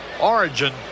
origin